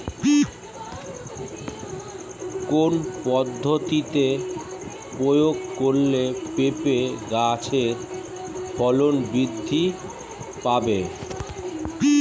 কোন পদ্ধতি প্রয়োগ করলে পেঁপে গাছের ফলন বৃদ্ধি পাবে?